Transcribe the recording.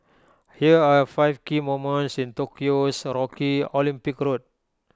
here are five key moments in Tokyo's rocky Olympic road